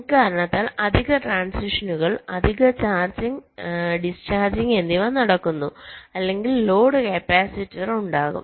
ഇക്കാരണത്താൽ അധിക ട്രാൻസിഷനുകൾ അധിക ചാർജിംഗ് ഡിസ്ചാർജ് എന്നിവ നടക്കുന്നു അല്ലെങ്കിൽ ലോഡ് കപ്പാസിറ്റർ ഉണ്ടാകും